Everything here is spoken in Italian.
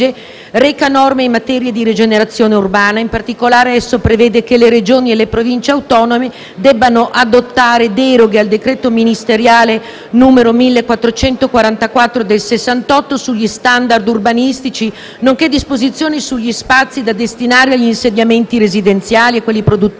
reca norme in materia di rigenerazione urbana; in particolare, esso prevede che le Regioni e le Province autonome debbano adottare deroghe al decreto ministeriale n. 1444 del 1968 sugli *standard* urbanistici, nonché disposizioni sugli spazi da destinare agli insediamenti residenziali, a quelli produttivi,